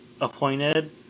appointed